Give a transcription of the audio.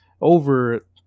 over